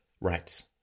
rights